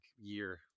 year